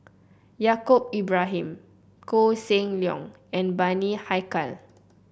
Yaacob Ibrahim Koh Seng Leong and Bani Haykal